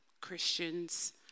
Christians